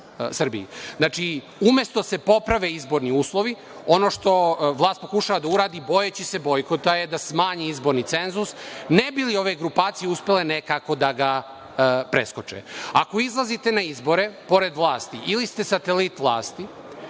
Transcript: Znači, umesto da se poprave izborni uslovi, ono što vlast pokušava da uradi, bojeći se bojkota, jeste da smanji izborni cenzus, ne bi li ove grupacije uspele nekako da ga preskoče. Ako izlazite na izbore, pored vlasti, ili ste satelit vlasti